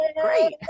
great